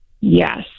Yes